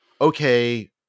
okay